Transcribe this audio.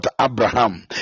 Abraham